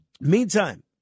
Meantime